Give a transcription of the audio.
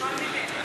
כל מיני.